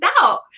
out